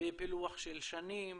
בפילוח של שנים,